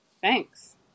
Thanks